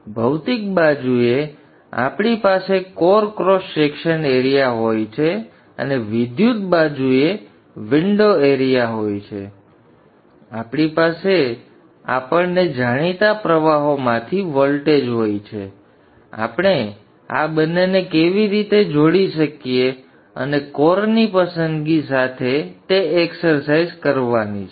તેથી ભૌતિક બાજુએ આપણી પાસે કોર ક્રોસ સેક્શન એરિયા હોય છે અને વિદ્યુત બાજુએ વિંડો એરિયા હોય છે આપણી પાસે આપણને જાણીતા પ્રવાહોમાંથી વોલ્ટેજ હોય છે આપણે આ બંનેને કેવી રીતે જોડી શકીએ અને કોરની પસંદગી સાથે છે હવે તે એક્સરસાઇઝ છે